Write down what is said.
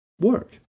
work